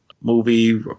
movie